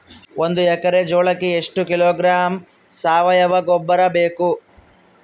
ಒಂದು ಎಕ್ಕರೆ ಜೋಳಕ್ಕೆ ಎಷ್ಟು ಕಿಲೋಗ್ರಾಂ ಸಾವಯುವ ಗೊಬ್ಬರ ಬೇಕು?